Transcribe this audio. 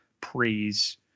praise